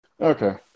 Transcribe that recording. okay